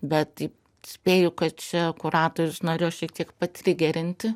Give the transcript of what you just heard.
bet spėju kad čia kuratorius norėjo šiek tiek patrigerinti